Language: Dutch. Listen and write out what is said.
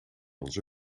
onze